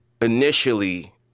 initially